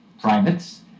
privates